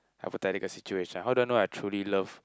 hypothetical situation how do I know I truly love